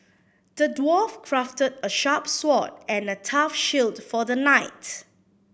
the dwarf crafted a sharp sword and a tough shield for the knight